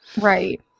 Right